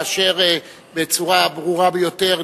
כאשר בצורה ברורה ביותר,